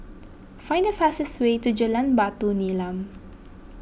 find the fastest way to Jalan Batu Nilam